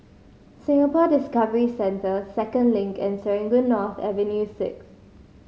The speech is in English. Singapore Discovery Centre Second Link and Serangoon North Avenue Six